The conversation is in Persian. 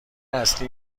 اصلی